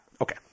Okay